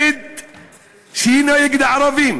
שהיא נגד הערבים,